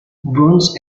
bronze